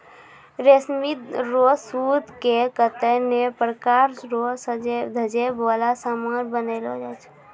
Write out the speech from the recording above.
रेशमी रो सूत से कतै नै प्रकार रो सजवै धजवै वाला समान बनैलो जाय छै